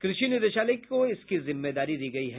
कृषि निदेशालय को इसकी जिम्मेदारी दी गयी है